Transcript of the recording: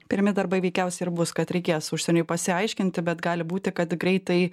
pirmi darbai veikiausiai ir bus kad reikės užsieniui pasiaiškinti bet gali būti kad greitai